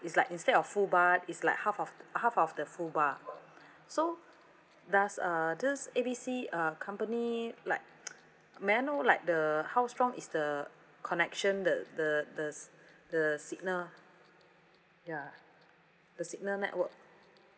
it's like instead of full bar is like half of half of the full bar so does uh this A B C uh company like may I know like the how strong is the connection the the the s~ the signal ya the signal network